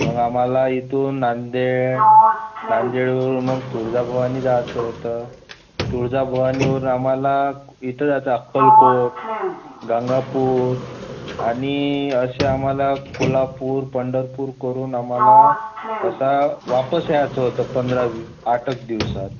मग आम्हाला इथून नांदेड नांदेडवरून मग तुळजाभवानी जायचं होतं तुळजाभवानीवरून आम्हाला इथं जायचं अक्कलकोट गांगापूर आणि असे आम्हाला कोल्हापूर पंढरपूर करून आम्हाला असा वापस यायचं होतं पंधरा वी आठ एक दिवसात